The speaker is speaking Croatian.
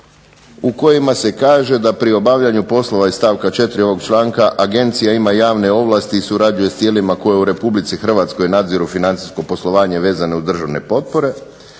u kojima se kaže da pri obavljanju poslova iz stavka 4. ovog članka Agencija ima javne ovlasti i surađuje s tijelima koja u republici Hrvatskoj nadziru financijsko poslovanje vezano uz državne potpore.